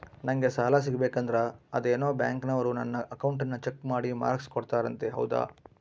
ನಂಗೆ ಸಾಲ ಸಿಗಬೇಕಂದರ ಅದೇನೋ ಬ್ಯಾಂಕನವರು ನನ್ನ ಅಕೌಂಟನ್ನ ಚೆಕ್ ಮಾಡಿ ಮಾರ್ಕ್ಸ್ ಕೊಡ್ತಾರಂತೆ ಹೌದಾ?